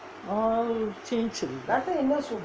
all change already